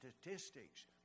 statistics